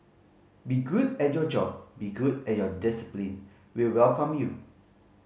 be good at your job be good at your discipline we'll welcome you